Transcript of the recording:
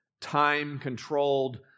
time-controlled